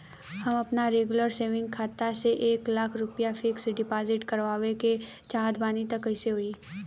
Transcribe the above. हम आपन regular saving खाता से एक लाख रुपया फिक्स डिपॉज़िट करवावे के चाहत बानी त कैसे होई?